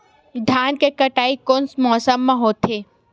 धान के कटाई कोन मौसम मा होथे?